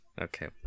Okay